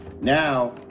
now